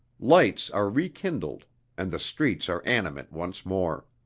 lights are rekindled and the streets are animate once more.